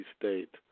State